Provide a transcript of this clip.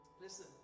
Listen